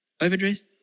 Overdressed